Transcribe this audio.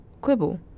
quibble